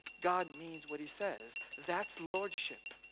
god means what he says, that's lordship.